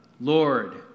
Lord